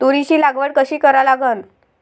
तुरीची लागवड कशी करा लागन?